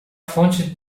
fonte